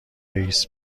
رئیس